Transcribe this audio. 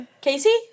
Casey